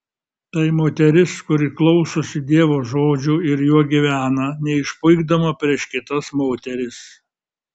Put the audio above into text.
tai moteris kuri klausosi dievo žodžio ir juo gyvena neišpuikdama prieš kitas moteris